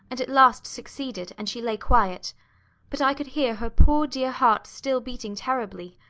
and at last succeeded, and she lay quiet but i could hear her poor dear heart still beating terribly.